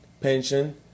pension